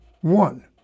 one